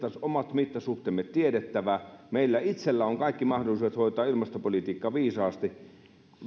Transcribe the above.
omat mittasuhteemme tiedettävä meillä itsellämme on kaikki mahdollisuudet hoitaa ilmastopolitiikka viisaasti